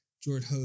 George